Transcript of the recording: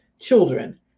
children